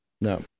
No